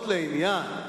מאוד לעניין.